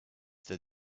that